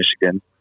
Michigan